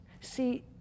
See